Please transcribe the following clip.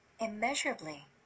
immeasurably